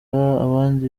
abandi